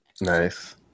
Nice